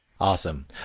Awesome